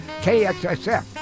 KXSF